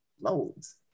loads